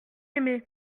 aimé